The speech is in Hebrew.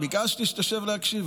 ביקשתי שתשב להקשיב